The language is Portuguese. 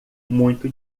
muito